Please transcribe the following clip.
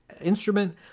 instrument